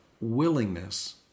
willingness